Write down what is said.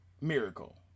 miracle